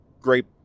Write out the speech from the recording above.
great